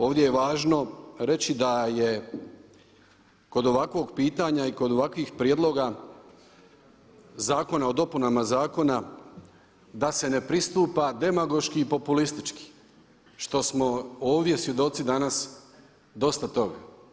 Ovdje je važno reći da je kod ovakvog pitanja i kod ovakvih prijedloga Zakona o dopunama zakona da se ne pristupa demagoški i populistički što smo ovdje svjedoci danas dosta toga.